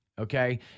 okay